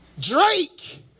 Drake